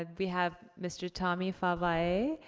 ah we have mr. tommy favalle,